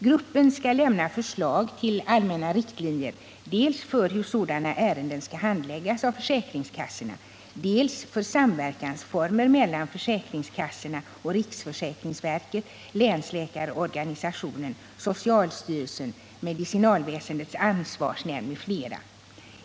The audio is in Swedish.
Gruppen skall lämna förslag till allmänna riktlinjer dels för hur sådana ärenden skall handläggas av försäkringskassorna, dels för samverkansformer mellan försäkringskassorna och riksförsäkringsverket, länsläkarorganisationen, socialstyrelsen, medicinalväsendets ansvarsnämnd m.fl.